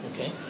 Okay